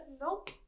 Nope